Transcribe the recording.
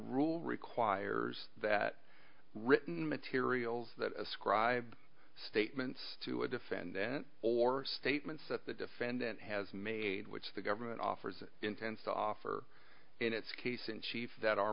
rule requires that written materials that ascribe statements to a defendant or statements that the defendant has made which the government offers it intends to offer in its case in chief that are